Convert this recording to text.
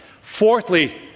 Fourthly